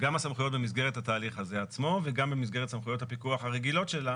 במסגרת התהליך הזה עצמו וגם במסגרת סמכויות הפיקוח הרגילות שלה